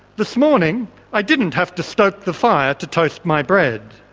this morning i didn't have to stoke the fire to toast my bread.